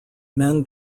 men